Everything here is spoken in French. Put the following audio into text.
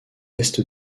est